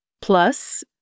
Plus